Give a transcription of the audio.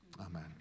amen